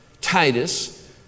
Titus